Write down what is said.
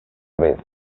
vez